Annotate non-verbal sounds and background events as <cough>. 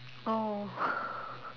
oh <noise>